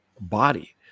body